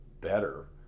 better